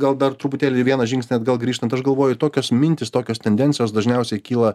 gal dar truputėlį vieną žingsnį atgal grįžtant aš galvoju tokios mintys tokios tendencijos dažniausiai kyla